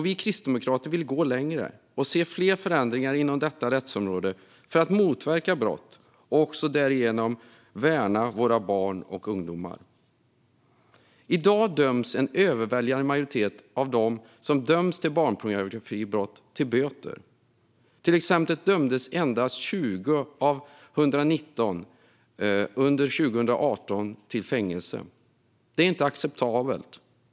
Vi kristdemokrater vill gå längre och se fler förändringar inom detta rättsområde för att motverka brott och därigenom också värna våra barn och ungdomar. I dag döms en överväldigande majoritet av dem som döms för barnpornografibrott till böter. Till exempel dömdes under 2018 endast 20 av 119 till fängelse. Det är inte acceptabelt.